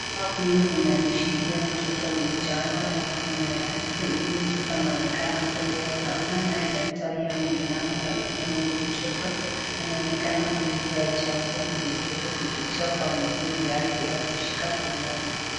Mama huyu mwenye ameshikilia mtoto mchanga kwa mikono yake , huyu mtoto anaonekana kulia sana ,naye daktari ameinama karibu na huyo mtoto, anaonekana kumpea chanjo huyu mtoto kupitia kwa miguu yake ,ameshika sindano.